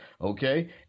Okay